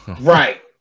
right